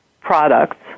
products